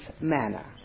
manner